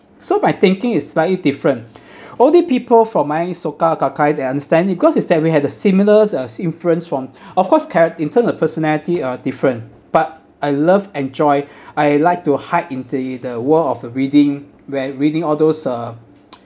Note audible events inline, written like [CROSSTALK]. so my thinking is slightly different [BREATH] all the people from my Soka gakkai they understand it cause is that we had a similar uh influence from [BREATH] of course chara~ in term of personality uh different but I love enjoy [BREATH] I like to hide into the world of reading where reading all those uh [NOISE]